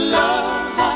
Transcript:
love